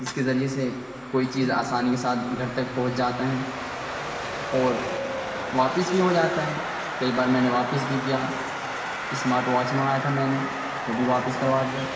جس کے ذریعے سے کوئی چیز آسانی کے ساتھ گھر تک پہنچ جاتے ہیں اور واپس بھی ہو جاتا ہے کئی بار میں نے واپس بھی کیا اسمارٹ واچ منگایا تھا میں نے وہ بھی واپس کروا دیا